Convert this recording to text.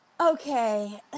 Okay